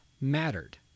mattered